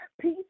peace